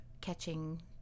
catching